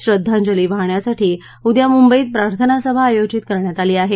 श्रद्वांजली वाहण्यासाठी उद्या मुंबईत प्रार्थना सभा आयोजित करण्यात आली आहे